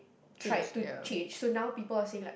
tried to change so now people are saying like